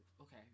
Okay